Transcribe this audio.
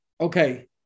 okay